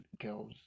girls